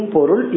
Porul